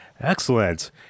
Excellent